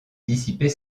dissiper